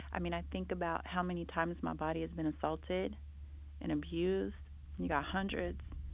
i mean i think about how many times my body has been assaulted and abused, and you got hundreds.